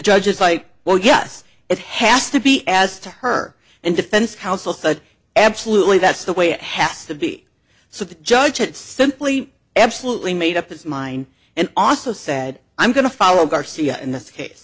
judge is like well yes it has to be as to her and defense counsel but absolutely that's the way it has to be so the judge gets simply absolutely made up his mind and also said i'm going to follow garcia in this case